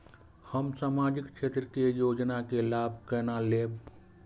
हम सामाजिक क्षेत्र के योजना के लाभ केना लेब?